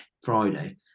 Friday